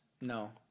No